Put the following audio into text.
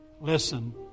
Listen